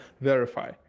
verify